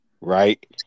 Right